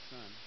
Son